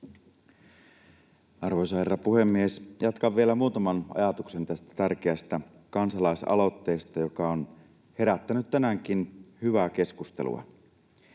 Arvoisa herra puhemies! Jatkan vielä muutaman ajatuksen tästä tärkeästä kansalaisaloitteesta, joka on herättänyt tänäänkin hyvää keskustelua.